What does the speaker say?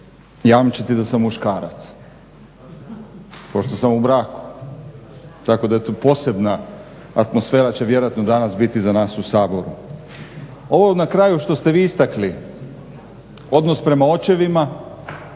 jamčiti da sam muškarac. Pošto sam u braku. Tako da posebna atmosfera će vjerojatno danas biti za nas u Saboru. Ovo na kraju što ste vi istakli, odnos prema očevima,